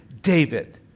David